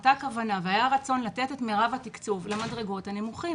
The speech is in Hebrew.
הייתה כוונה והיה רצון לתת את מירב התקצוב למדרגות הנמוכות,